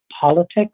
politics